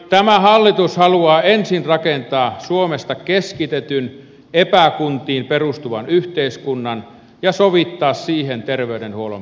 tämä hallitus haluaa ensin rakentaa suomesta keskitetyn epäkuntiin perustuvan yhteiskunnan ja sovittaa siihen terveydenhuollon palvelut